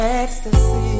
ecstasy